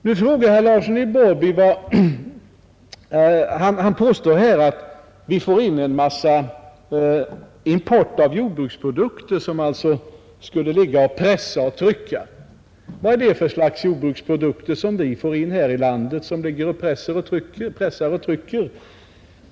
Herr Larsson i Borrby påstår att vi får in import av jordbruksprodukter, som skulle ligga och pressa och trycka. Vad är det för slags jordbruksprodukter vi får in som pressar och trycker?